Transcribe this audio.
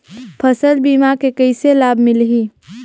फसल बीमा के कइसे लाभ मिलही?